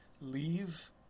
leave